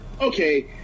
okay